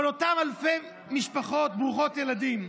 כל אותן אלפי משפחות ברוכות ילדים,